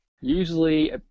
usually